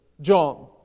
John